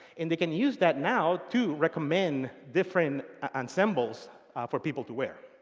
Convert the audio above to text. and they can use that now to recommend different and symbols for people to wear.